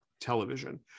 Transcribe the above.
television